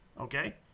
okay